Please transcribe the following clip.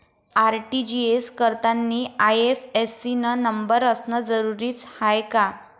RTGS करतांनी IFSC न number असनं जरुरीच हाय का?